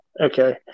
Okay